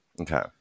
Okay